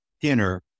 dinner